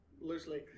loosely